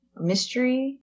mystery